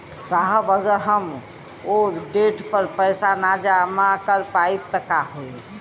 साहब अगर हम ओ देट पर पैसाना जमा कर पाइब त का होइ?